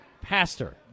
Pastor